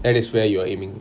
that is where you're aiming